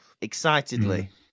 excitedly